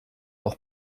auch